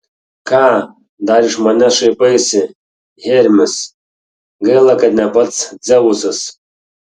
ką dar iš manęs šaipaisi hermis gaila kad ne pats dzeusas